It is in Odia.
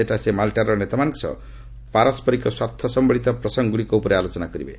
ସେଠାରେ ସେ ମାଲ୍ଟାର ନେତାମାନଙ୍କ ସହ ପାରସ୍କରିକ ସ୍ୱାର୍ଥ ସମ୍ଭଳିତ ପ୍ରସଙ୍ଗଗୁଡ଼ିକ ଉପରେ ଆଲୋଚନା କରିବେ